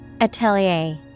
Atelier